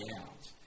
out